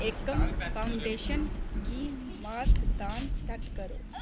एकम foundation गी मासक दान सैट्ट करो